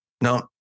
No